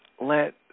let